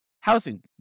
housing